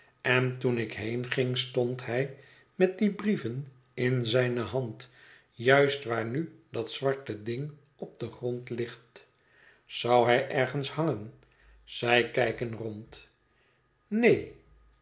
en toen ik heenging stond hij met die brieven in zijne hand juist waar nu dat zwarte ding op den grond ligt zou hij ergens hangen zij kijken rond neen